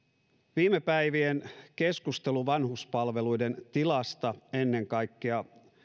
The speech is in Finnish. viime päivien keskustelu vanhuspalveluiden tilasta ennen kaikkea